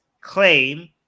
claim